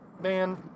man